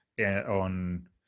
on